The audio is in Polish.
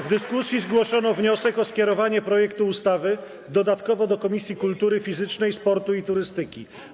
W dyskusji zgłoszono wniosek o skierowanie projektu ustawy dodatkowo do Komisji Kultury Fizycznej, Sportu i Turystyki.